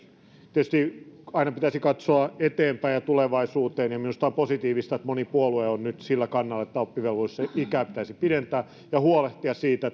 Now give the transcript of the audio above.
tietysti aina pitäisi katsoa eteenpäin ja tulevaisuuteen ja minusta on positiivista että moni puolue on nyt sillä kannalla että oppivelvollisuusikää pitäisi pidentää ja huolehtia siitä